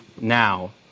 now